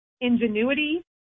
ingenuity